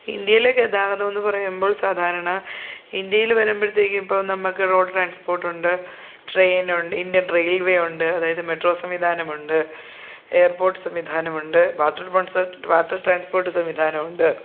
ഇൻഡ്യയിലെ ഗതാഗതമെന്ന് പറയുമ്പോൾ സാധാരണ ഇൻഡ്യയിൽ വരുമ്പോഴത്തേക്കും ഇപ്പം നമ്മൾക്ക് റോഡ് ട്രൻസ്പോട്ട് ഉണ്ട് ട്രെയിനുണ്ട് ഇൻഡ്യൻ റെയിൽവേ ഉണ്ട് അതായത് മെട്രോ സംവിധാനമുണ്ട് എയർപോട്ട്സ് സംവിധാനമുണ്ട് വാട്ടർ പ്രോൺസ് വാട്ടർ ട്രാൻസ്പോർട്ട് സംവിധാനം ഉണ്ട്